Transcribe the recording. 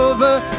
Over